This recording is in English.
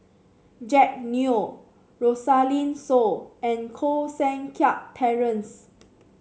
Jack Neo Rosaline Soon and Koh Seng Kiat Terence